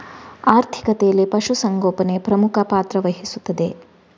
ಆರ್ಥಿಕತೆಯಲ್ಲಿ ಪಶು ಸಂಗೋಪನೆ ಪ್ರಮುಖ ಪಾತ್ರ ವಹಿಸುತ್ತದೆ